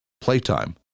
Playtime